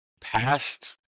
past